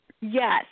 Yes